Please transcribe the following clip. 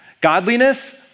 Godliness